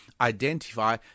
identify